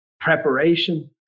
preparation